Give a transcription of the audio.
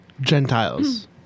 Gentiles